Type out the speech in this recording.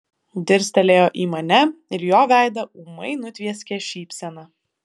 dirstelėjo į mane ir jo veidą ūmai nutvieskė šypsena